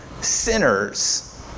sinners